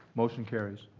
motion carries.